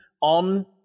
on